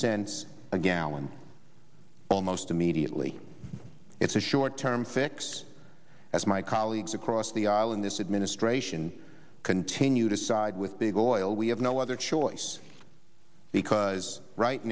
cents a gallon almost immediately it's a short term fix as my colleagues across the aisle in this administration continue to side with big oil we have no other choice because right